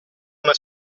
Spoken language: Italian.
una